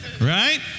right